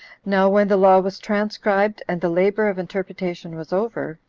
now when the law was transcribed, and the labor of interpretation was over,